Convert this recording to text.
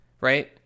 right